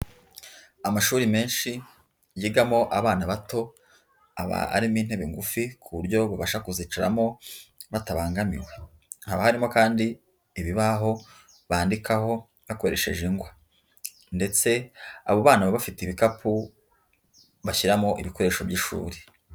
Amashuri menshi yigamo abana bato, aba arimo intebe ngufi ku buryo babasha kuzicaramo batabangamiwe, haba harimo kandi ibibaho bandikaho bakoresheje ingwa ndetse abo bana bafite ibikapu bashyiramo ibikoresho by'ishuri.